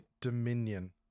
Dominion